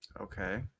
Okay